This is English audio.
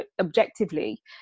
objectively